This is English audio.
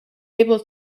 able